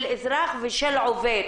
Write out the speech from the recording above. של אזרח ושל עובד.